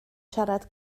siarad